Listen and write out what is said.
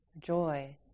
joy